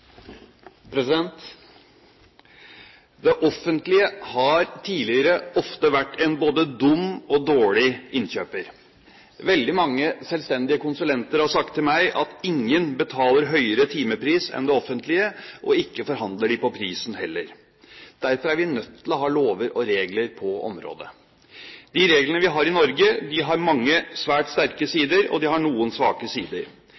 dårlig innkjøper. Veldig mange selvstendige konsulenter har sagt til meg at ingen betaler høyere timepris enn det offentlige, og ikke forhandler de på prisen heller. Derfor er vi nødt til å ha lover og regler på området. De reglene vi har i Norge, har mange svært sterke sider, og de har noen svake sider.